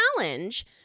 challenge